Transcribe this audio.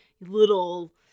little